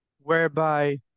whereby